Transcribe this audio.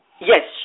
Yes